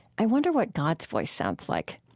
i wonder what god's voice sounds like?